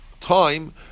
time